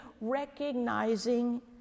recognizing